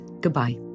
Goodbye